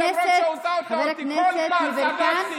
למרות --- חבר הכנסת יברקן,